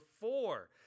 four